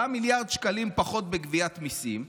10 מיליארד שקלים פחות בגביית מיסים,